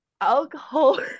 Alcohol